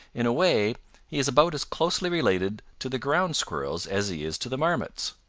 in a way he is about as closely related to the ground squirrels as he is to the marmots.